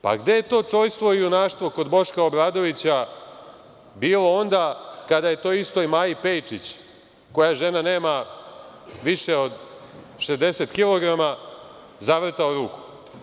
Pa, gde je to čojstvo i junaštvo kod Boška Obradovića bilo onda kada je toj istoj Maji Pejčić, koja, žena, nema više od 60 kilograma, zavrtao ruku?